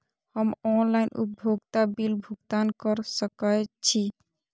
हम ऑनलाइन उपभोगता बिल भुगतान कर सकैछी?